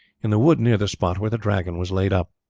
in the wood near the spot where the dragon was laid up.